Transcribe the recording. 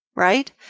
right